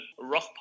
rock